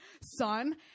son